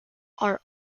are